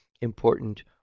important